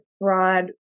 broad